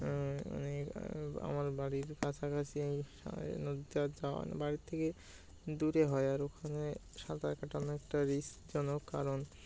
অনেক আমার বাড়ির কাছাকাছি এই নদার যাওয়া বাড়ির থেকে দূরে হয় আর ওখানে সাঁতার কাটানো একটা রিস্কজনক কারণ